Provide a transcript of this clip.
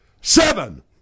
Seven